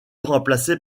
remplacé